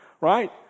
right